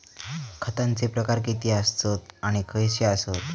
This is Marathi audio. खतांचे प्रकार किती आसत आणि खैचे आसत?